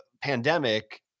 pandemic